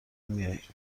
میایم